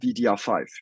DDR5